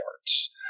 charts